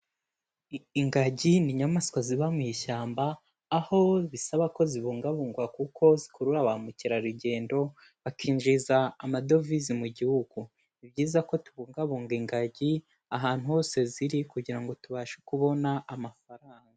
Ingagi ni inyamaswa ziba mu ishyamba aho bisaba ko zibungabungwa kuko zikurura bamukerarugendo bakinjiza amadovizi mu gihugu. Ni byiza ko tubungabunga ingagi ahantu hose ziri kugira ngo tubashe kubona amafaranga.